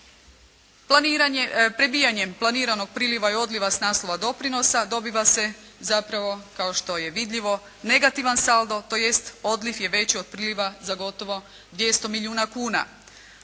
prebijanjem planiranog priliva i odljeva s naslova doprinosa dobiva se zapravo kao što je vidljivo negativan saldo tj. odliv je veći od priliva za gotovo 200 milijuna kuna.